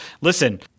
listen